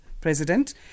president